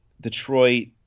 Detroit